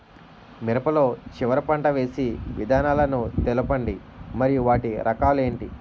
మిరప లో చివర పంట వేసి విధానాలను తెలపండి మరియు వాటి రకాలు ఏంటి